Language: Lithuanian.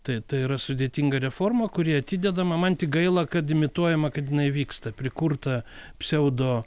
tai tai yra sudėtinga reforma kuri atidedama man tik gaila kad imituojama kad jinai vyksta prikurta pseudo